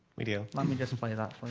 we do. let me just play that for